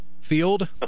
field